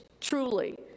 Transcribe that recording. truly